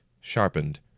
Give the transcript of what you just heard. sharpened